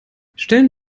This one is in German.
stellen